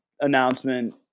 Announcement